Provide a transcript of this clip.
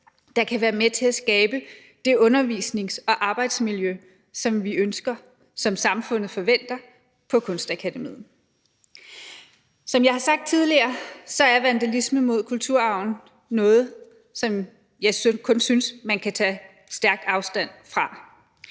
der kan være med til at skabe det undervisnings- og arbejdsmiljø på Kunstakademiet, som vi ønsker, og som samfundet forventer. Som jeg har sagt tidligere, er vandalisme mod kulturarven noget, som jeg synes man kun kan tage stærk afstand fra.